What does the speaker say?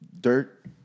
dirt